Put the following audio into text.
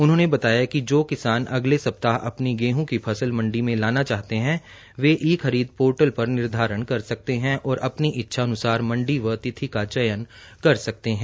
उन्होंने बताया कि जो किसान अगले सप्ताह अपनी गेहूं की फसल मंडी में लाना चाहते हैं वे ई खरीद पोर्टल पर निर्धारित कर सकते हैं और अपनी इच्छानुसार मंडी व तिथि का चयन कर सकते हैं